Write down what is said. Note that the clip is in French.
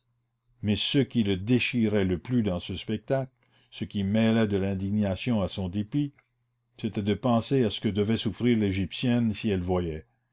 mais ce qui le déchirait le plus dans ce spectacle ce qui mêlait de l'indignation à son dépit c'était de penser à ce que devait souffrir l'égyptienne si elle voyait